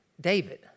David